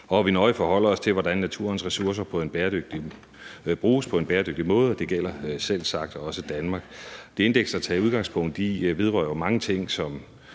vi nøje forholder os til, hvordan naturens ressourcer bruges på en bæredygtig måde. Det gælder selvsagt også i Danmark. Det indeks, der tages udgangspunkt i, vedrører jo mange ting, som